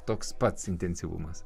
toks pats intensyvumas